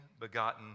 begotten